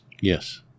Yes